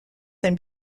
then